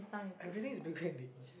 everything is bigger in the East